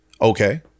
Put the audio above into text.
Okay